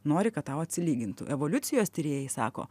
nori kad tau atsilygintų evoliucijos tyrėjai sako